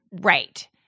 Right